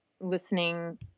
listening